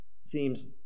seems